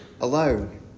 alone